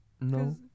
no